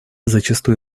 зачастую